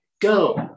Go